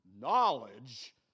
knowledge